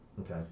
Okay